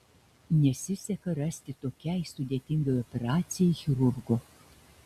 nesiseka rasti tokiai sudėtingai operacijai chirurgo